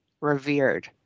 revered